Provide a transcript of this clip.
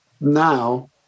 now